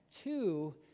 Two